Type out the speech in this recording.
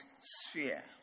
sphere